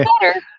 better